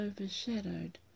overshadowed